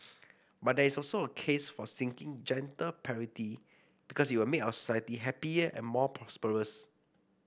but there is also a case for seeking gender parity because it will make our society happier and more prosperous